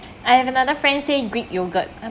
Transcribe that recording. I have another friend say greek yogurt